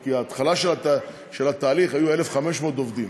כי בהתחלה של התהליך היו 1,500 עובדים.